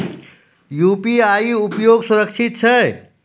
UPI उपयोग सुरक्षित छै?